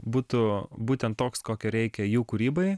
būtų būtent toks kokio reikia jų kūrybai